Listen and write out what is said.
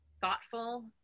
thoughtful